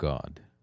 God